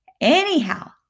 anyhow